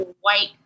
white